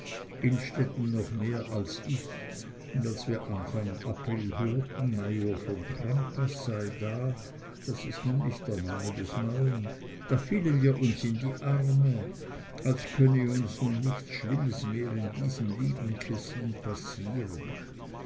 innstetten noch mehr als ich und als wir anfang april hörten major von crampas sei da das ist nämlich der name des neuen da fielen wir uns in die arme als könne uns nichts schlimmes mehr in diesem lieben kessin passieren